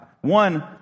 One